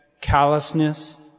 callousness